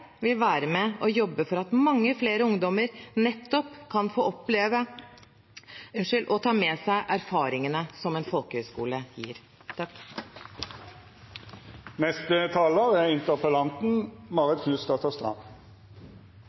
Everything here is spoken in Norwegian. vil være med og jobbe for at mange flere ungdommer nettopp kan få oppleve og ta med seg erfaringene som en folkehøyskole gir. De som har gått på folkehøgskole, omtaler det, som foregående taler